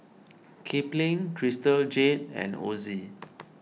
Kipling Crystal Jade and Ozi